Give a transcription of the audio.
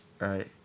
Right